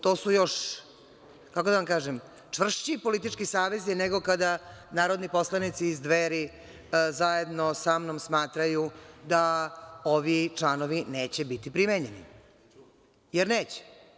To su još čvršći politički savezi nego kada narodni poslanici iz Dveri zajedno sa mnom smatraju da ovi članom neće biti primenjeni, jer neće.